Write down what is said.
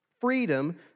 freedom